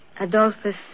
Adolphus